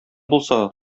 булса